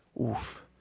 Oof